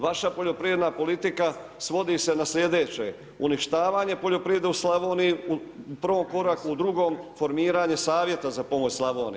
Vaša poljoprivredna politika svodi se na sljedeće, uništavanje poljoprivrede u Slavoniji u prvom koraku, u drugom formiranje savjeta za pomoć Slavoniji.